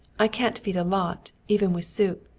i can't feed a lot, even with soup.